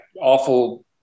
Awful